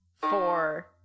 four